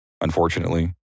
unfortunately